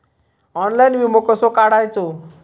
Online विमो कसो काढायचो?